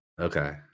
okay